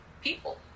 people